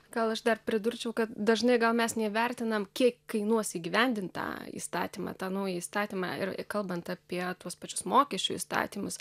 gal aš dar pridurčiau kad dažnai gal mes neįvertinam kiek kainuos įgyvendint tą įstatymą tą naują įstatymą ir kalbant apie tuos pačius mokesčių įstatymus